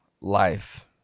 life